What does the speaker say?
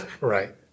Right